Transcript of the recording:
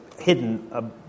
hidden